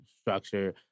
structure